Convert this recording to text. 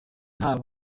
nta